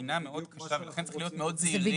לפינה מאוד קשה ולכן צריך להיות מאוד זהירים.